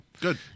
good